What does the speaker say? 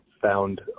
found